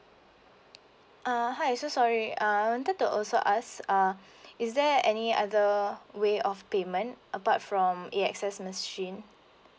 uh hi so sorry uh I wanted to also ask uh is there any other way of payment apart from a x s machine